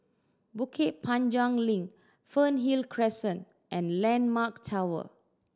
Bukit Panjang Link Fernhill Crescent and Landmark Tower